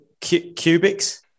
Cubics